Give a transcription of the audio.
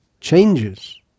changes